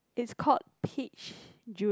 it's called peach juice